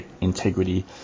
integrity